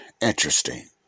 interesting